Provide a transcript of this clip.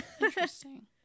Interesting